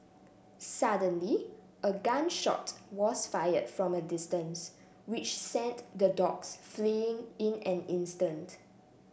suddenly a gun shot was fired from a distance which sent the dogs fleeing in an instant